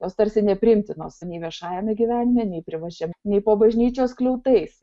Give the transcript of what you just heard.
jos tarsi nepriimtinos nei viešajame gyvenime nei privačiam nei po bažnyčios skliautais